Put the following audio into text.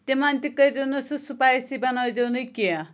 تِمن تہِ کٔرۍ زیو نہٕ سپایسی بَنٲے زیو نہٕ کینٛہہ